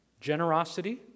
generosity